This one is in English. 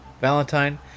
Valentine